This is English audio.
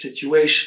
situation